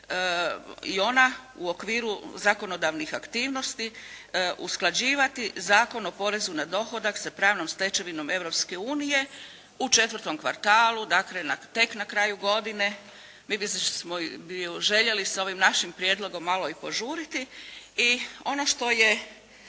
i ona u okviru zakonodavnih aktivnosti usklađivati Zakon o porezu na dohodak sa pravnom stečevinom Europske unije u četvrtom kvartalu, dakle tek na kraju godine. Mi bismo ju željeli sa ovim našim prijedlogom malo i požuriti. I ono što je